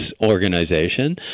organization